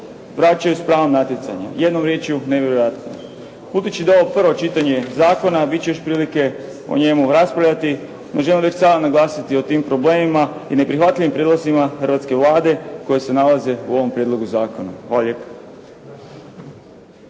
vraćaju s pravom natjecanja. Jednom riječju nevjerojatno. Budući da je ovo prvo čitanje zakona bit će još prilike o njemu raspravljati. Međutim, želim već sada naglasiti o tim problemima i neprihvatljivim prijedlozima hrvatske Vlade koji se nalaze u ovom prijedlogu zakona. Hvala lijepo.